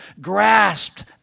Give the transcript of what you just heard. grasped